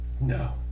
No